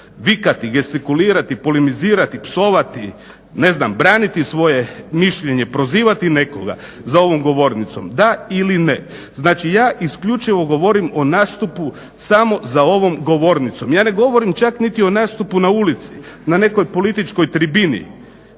vikati, gestikulirati, polemizirati, psovati, braniti svoje mišljenje, prozivati nekoga za ovom govornicom, da ili ne. Znači ja isključivo govorim o nastupu samo za ovom govornicom, ja ne govorim čak niti o nastupu na ulici, na nekoj političkoj tribini